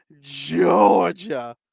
Georgia